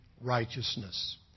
righteousness